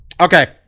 Okay